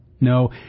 No